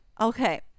Okay